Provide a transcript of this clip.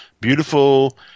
beautiful